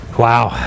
Wow